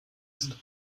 ist